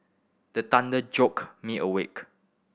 the thunder me awake